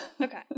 Okay